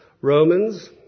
Romans